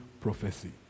prophecy